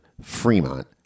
Fremont